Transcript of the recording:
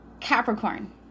Capricorn